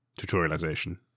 tutorialization